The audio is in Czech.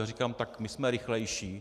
Já říkám: Tak my jsme rychlejší.